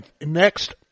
Next